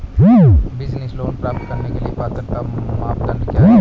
Business loan प्राप्त करने के लिए पात्रता मानदंड क्या हैं?